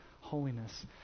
holiness